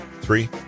Three